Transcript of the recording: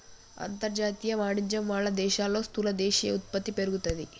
అంతర్జాతీయ వాణిజ్యం వాళ్ళ దేశాల్లో స్థూల దేశీయ ఉత్పత్తి పెరుగుతాది